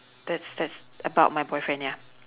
that's that's about my boyfriend ya